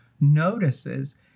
notices